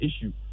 issue